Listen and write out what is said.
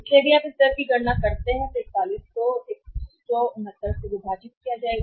इसलिए यदि आप इस दर की गणना करते हैं तो 41 को 169 से विभाजित किया जाएगा